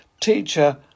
Teacher